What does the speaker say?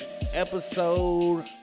Episode